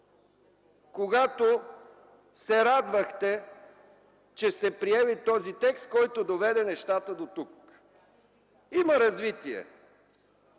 когато се радвахте, че сте приели този текст, който доведе нещата дотук. Има развитие.